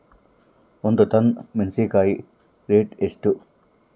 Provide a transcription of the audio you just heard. ಒಂದು ಟನ್ ಮೆನೆಸಿನಕಾಯಿ ರೇಟ್ ಎಷ್ಟು?